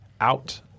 out